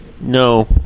no